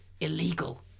illegal